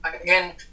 Again